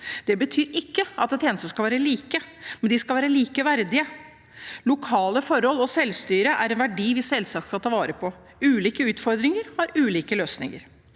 Det betyr ikke at tjenestene skal være like, men de skal være likeverdige. Lokale forhold og selvstyre er en verdi vi selvsagt skal ta vare på. Ulike utfordringer har ulike løsninger.